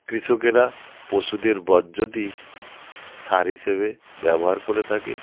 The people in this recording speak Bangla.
কৃষকেরা পশুদের বর্জটি সার হিসেবে ব্যবহার করে থাকে